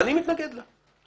אני מתנגד לעמדה שלך.